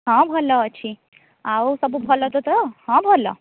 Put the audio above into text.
ହଁ ଭଲ ଅଛି ଆଉ ସବୁ ଭଲ ତ ତୋର ହଁ ଭଲ